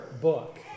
book